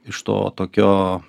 iš to tokio